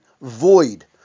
void